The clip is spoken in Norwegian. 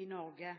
i Norge.